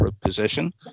position